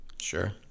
Sure